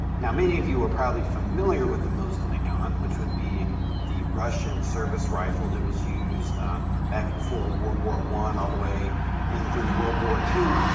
now many of you were probably familiar with the mosin nagant which would be the russian service rifle that was used back before world war one all the way in through world war two,